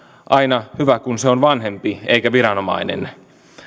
aina hyvä kun se on vanhempi eikä viranomainen